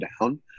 down